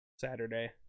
saturday